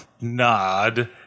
Nod